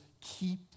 keep